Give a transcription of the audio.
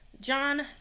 John